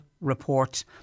report